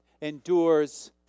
endures